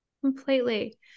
Completely